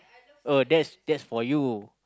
oh that's that's for you